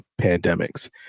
pandemics